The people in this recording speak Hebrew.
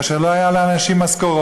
כאשר לא היו לאנשים משכורות,